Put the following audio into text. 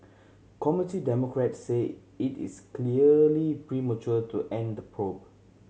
Committee Democrats say it is clearly premature to end the probe